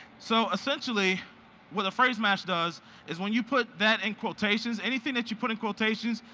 so essentially what the phrase match does is when you put that in quotations, anything that you put in quotations,